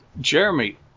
Jeremy